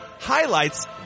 highlights